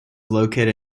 located